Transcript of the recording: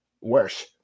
worse